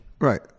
Right